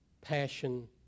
passion